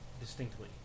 distinctly